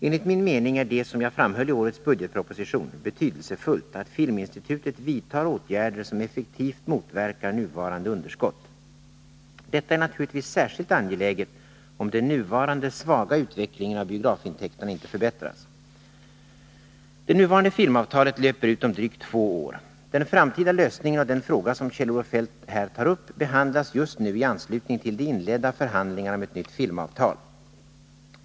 Enligt min mening är det, som jag framhöll i årets budgetproposition, betydelsefullt att Filminstitutet vidtar åtgärder som effektivt motverkar nuvarande underskott. Detta är naturligtvis särskilt angeläget om den nuvarande svaga utvecklingen av biografintäkterna inte förbättras. Det nuvarande filmavtalet löper ut om drygt två år. Den framtida lösningen av den fråga som Kjell-Olof Feldt här tar upp behandlas just nu i anslutning till de inledda förhandlingarna om ett nytt filmavtal.